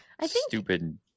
Stupid